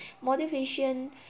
motivation